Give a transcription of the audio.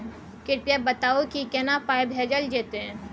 कृपया बताऊ की केना पाई भेजल जेतै?